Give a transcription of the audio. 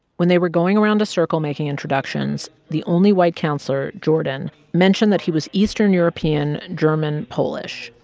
when they were going around a circle making introductions, the only white counselor, jordan, mentioned that he was eastern european, german, polish.